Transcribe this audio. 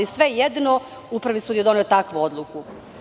Svejedno, Upravni sud je doneo takvu odluku.